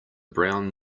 brown